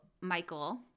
Michael